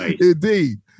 Indeed